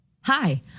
Hi